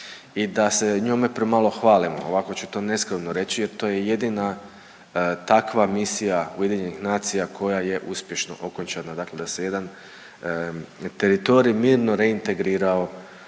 i da se njome premalo hvalimo, ovako ću to neskromno reći jer to je jedina takva misija UN-a koja je uspješno okončana, dakle da se jedan teritorij mirno reintegrirao